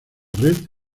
red